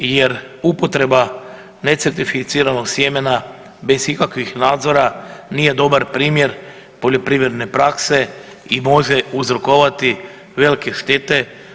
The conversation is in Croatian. Jer upotreba necertificiranog sjemena bez ikakvog nadzora nije dobar primjer poljoprivredne prakse i može uzrokovati velike štete.